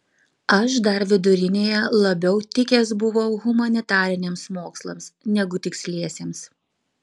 aš dar vidurinėje labiau tikęs buvau humanitariniams mokslams negu tiksliesiems